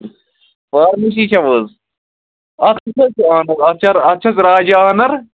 pharmacy چھَو حظ اَتھ کُس حظ چھُ آنَر اَتھ چھا اَتھ چھِکھ راجہٕ آنَر